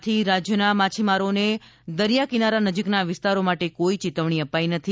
આથી રાજ્યના માછીમારોને દરિયાકિનારા નજીકના વિસ્તારો માટે કોઈ ચેતવણી અપાઈ નથી